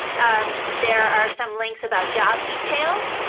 um there are some links about job details,